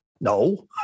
no